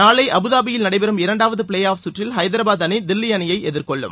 நாளை அபுதாபியில் நடைபெறும் இரண்டாவது பிளே ஆஃப் கற்றில் ஐதராபாத் அணி தில்லி அணியை எதிர்கொள்ளும்